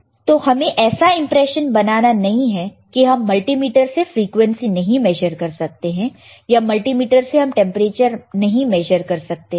तू हमें ऐसा इंप्रेशन बनाना नहीं है कि हम मल्टीमीटर से फ्रीक्वेंसी नहीं मेजर कर सकते हैं या मल्टीमीटर से हम टेंपरेचर मेजर नहीं कर सकते हैं